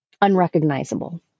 Unrecognizable